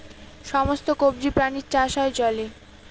সমস্ত কবজি প্রাণীর চাষ হয় জলে